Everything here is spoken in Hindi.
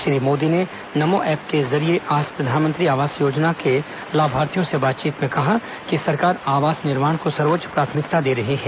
श्री मोदी ने नमो एप के जरिये आज प्रधानमंत्री आवास योजना ग्रामीण के लाभार्थियों से बातचीत में कहा कि सरकार आवास निर्माण को सर्वोच्च प्राथमिकता दे रही है